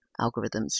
algorithms